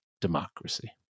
Democracy